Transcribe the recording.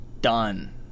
done